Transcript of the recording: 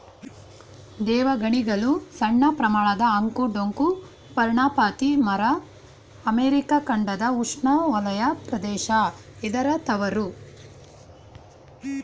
ದೇವಗಣಿಗಲು ಸಣ್ಣಪ್ರಮಾಣದ ಅಂಕು ಡೊಂಕು ಪರ್ಣಪಾತಿ ಮರ ಅಮೆರಿಕ ಖಂಡದ ಉಷ್ಣವಲಯ ಪ್ರದೇಶ ಇದರ ತವರು